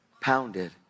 pounded